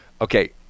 okay